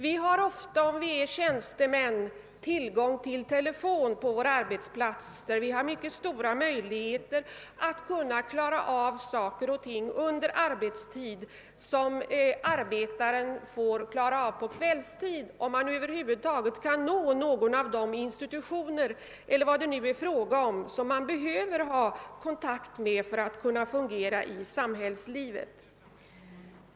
Vi som är tjänstemän har ofta tillgång till telefon på vår arbetsplats, så att vi har stora möjligheter att klara av saker och ting under arbetstid som arbetaren får klara av på kvällstid, om han då över huvud taget kan nå någon av de institutioner som man behöver ha kontakt med för att kunna fungera i samhällslivet.